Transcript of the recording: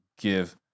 give